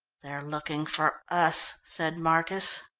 they're looking for us, said marcus.